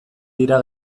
dira